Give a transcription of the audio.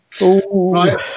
Right